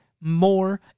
more